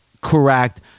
correct